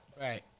Right